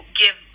give